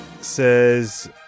says